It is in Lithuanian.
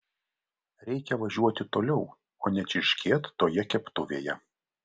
reikia važiuoti toliau o ne čirškėt toje keptuvėje